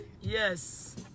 yes